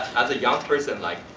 as a young person like,